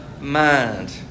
Mind